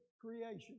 creation